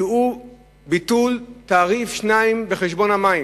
הוא ביטול תעריף 2 בחשבון המים.